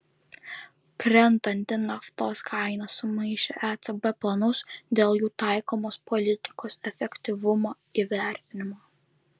krentanti naftos kaina sumaišė ecb planus dėl jų taikomos politikos efektyvumo įvertinimo